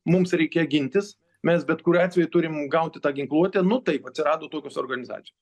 mums reikia gintis mes bet kuriuo atveju turim gauti tą ginkluotę nu taip atsirado tokios organizacijos